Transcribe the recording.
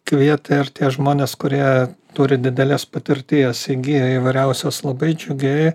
kvietė ir tie žmonės kurie turi didelės patirties įgiję įvairiausios labai džiugiai